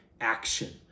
action